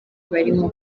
barimo